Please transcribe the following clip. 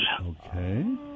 Okay